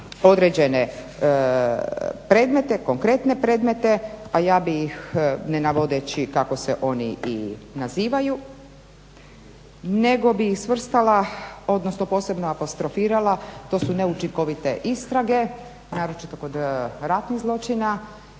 određene predmete, konkretne predmete a ja bi ih ne navodeći kako se oni i nazivaju nego bi ih svrstala odnosno posebno apostrofirala, to su neučinkovite istrage naročito kod ratnih zločina